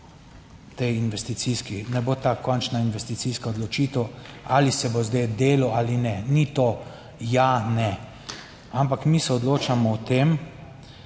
ne bo ta končna investicijska odločitev ali se bo zdaj delo ali ne. Ni to ja ne, ampak mi se odločamo o tem,